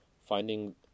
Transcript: finding